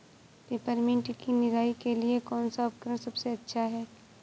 Peppermint की निराई के लिए कौन सा उपकरण सबसे अच्छा है?